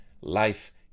life